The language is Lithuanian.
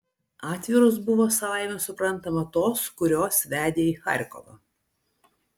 atviros buvo savaime suprantama tos kurios vedė į charkovą